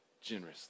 generously